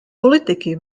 politiky